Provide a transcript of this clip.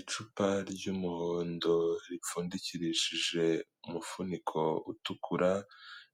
Icupa ry'umuhondo ripfundikishije umufuniko utukura,